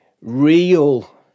real